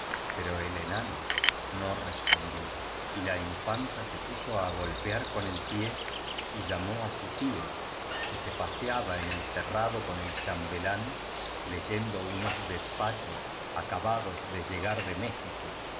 pero el enano no respondía y la infanta se puso á golpear con el pie y llamó á su tío que se paseaba en el terrado con el chambelán leyendo unos despachos acabados de llegar de méjico